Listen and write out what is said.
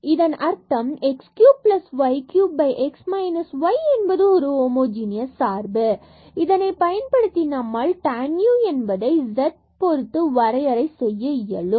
இதன் அர்த்தம் x cube y cube x minus y என்பது ஒரு ஹோமோஜனியஸ் சார்பு மற்றும் இதனை பயன்படுத்தி நம்மால் tan u என்பதை z பொருத்து வரையறை செய்ய இயலும்